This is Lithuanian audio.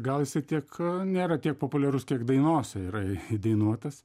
gal jisai tik nėra tiek populiarus kiek dainose yra įdainuotas